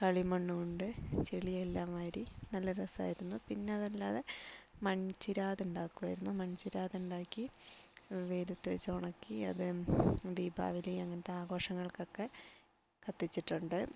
കളിമണ്ണുകൊണ്ട് ചെളിയെല്ലാം വാരി നല്ല രസമായിരുന്നു പിന്നെ അതല്ലാതെ മൺചിരാത് ഉണ്ടാക്കുവായിരുന്നു മൺചിരാത് ഉണ്ടാക്കി വെയിലത്ത് വെച്ച് ഉണക്കി അത് ദീപാവലി അങ്ങനത്തെ ആഘോഷങ്ങൾക്കൊക്കെ കത്തിച്ചിട്ടുണ്ട്